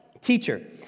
teacher